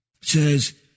says